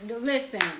Listen